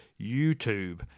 youtube